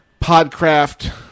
PodCraft